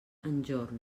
enjorn